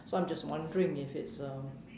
so I'm just wondering if it's um